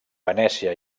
venècia